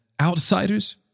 outsiders